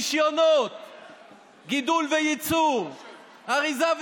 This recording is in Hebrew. על נושא שאין לגביו קואליציה אופוזיציה.